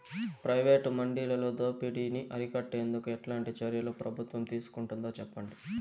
Private మండీలలో దోపిడీ ని అరికట్టేందుకు ఎట్లాంటి చర్యలు ప్రభుత్వం తీసుకుంటుందో చెప్పండి?